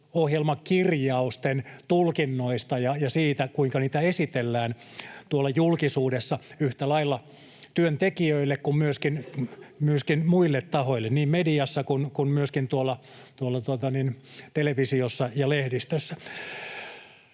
hallitusohjelmakirjausten tulkinnoista ja siitä, kuinka niitä esitellään tuolla julkisuudessa yhtä lailla työntekijöille kuin myöskin muille tahoille mediassa, televisiossa ja lehdistössä.